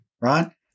right